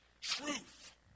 truth